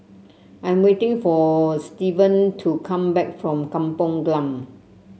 I'm waiting for Stevan to come back from Kampung Glam